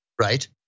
right